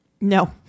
No